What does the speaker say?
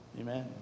Amen